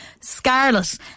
scarlet